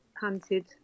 hunted